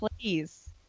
please